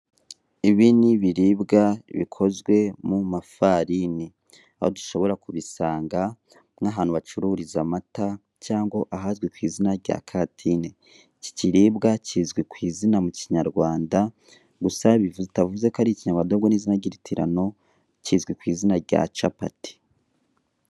Ibi ni ibiribwa bikozwe mu mafarini aho dushobora kubisanga nk'ahantu bacururiza amata cyangwa ahazwi ku izina rya kantine, iki kiribwa kizwi ku izina mu Kinyarwanda gusa bitavuze ko ari Ikinyarwnda ahubwo ni izina ry'iritirano kizwi ku izina rya capati.